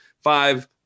five